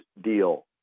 deal